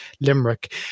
Limerick